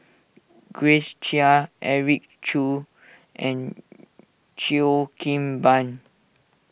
Grace Chia Eric Khoo and Cheo Kim Ban